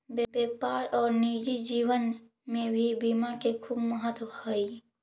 व्यापार और निजी जीवन में भी बीमा के खूब महत्व हई